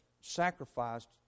sacrificed